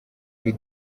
ari